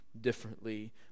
differently